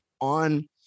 on